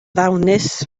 ddawnus